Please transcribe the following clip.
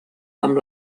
amb